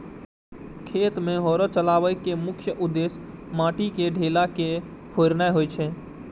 खेत मे हैरो चलबै के मुख्य उद्देश्य माटिक ढेपा के फोड़नाय होइ छै